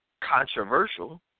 controversial